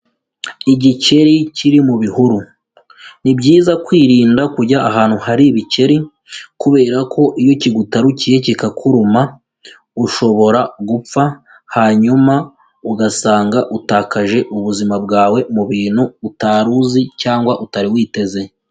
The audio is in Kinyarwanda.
Igikeri kiri mu bihuru, ni byiza kwirinda kujya ahantu hari ibikeri kubera ko iyo kigutarukiye kikakuruma ushobora gupfa, hanyuma ugasanga utakaje ubuzima bwawe mu bintu utari uzi cyangwa utari witeze.